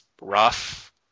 rough